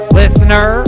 listener